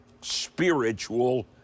spiritual